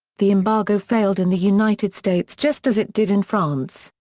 the embargo failed in the united states just as it did in france,